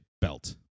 belt